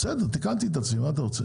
בסדר, תיקנתי את עצמי, מה אתה רוצה?